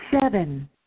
seven